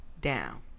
down